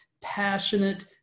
passionate